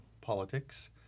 politics